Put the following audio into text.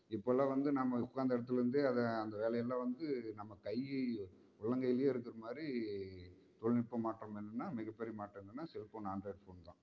இப்பெல்லாம் வந்து நம்ம உட்காந்த இடத்துல இருந்தே அதை அந்த வேலையெல்லாம் வந்து நம்ம கையில் உள்ளங்கையிலியே இருக்கிற மாதிரி தொழில்நுட்பம் மாற்றம் என்னென்னா மிகப்பெரிய மாற்றம் என்னென்னா செல் ஃபோன் ஆண்ட்ராய்ட் ஃபோன் தான்